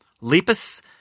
lepus